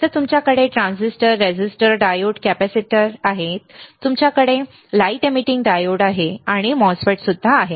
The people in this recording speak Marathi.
तर तुमच्याकडे ट्रान्झिस्टर रेझिस्टर डायोड कॅपेसिटर आहेत तुमच्याकडे प्रकाश उत्सर्जक डायोड आहे आणि तुमच्याकडे एक MOSFET आहे